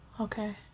Okay